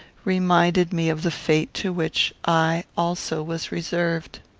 reminded me of the fate to which i, also, was reserved.